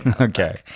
Okay